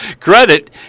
credit